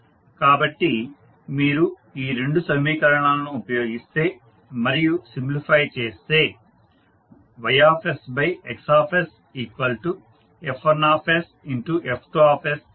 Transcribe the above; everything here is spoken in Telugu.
కాబట్టి మీరు ఈ రెండు సమీకరణాలను ఉపయోగిస్తే మరియు సింప్లిఫై చేస్తే YsXsF1sF2 అవుతుంది